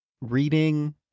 reading